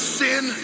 sin